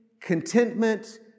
contentment